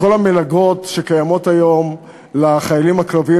כל המלגות שקיימות היום לחיילים הקרביים,